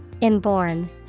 Inborn